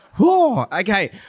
Okay